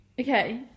Okay